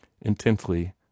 intently